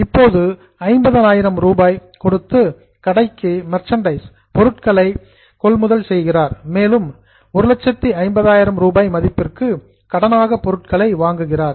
இப்போது 50000 ரூபாய் கொடுத்து கடைக்கு மர்சண்டைஸ் பொருட்களை பர்ச்சேஸ் கொள்முதல் செய்கிறார் மேலும் 150000 ரூபாய் மதிப்பிற்கு கிரெடிட் கடனாக பொருட்களை வாங்குகிறார்